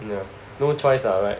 ya no choice lah right